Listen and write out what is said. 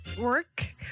work